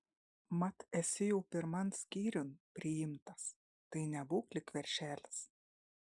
mat esi jau pirman skyriun priimtas tai nebūk lyg veršelis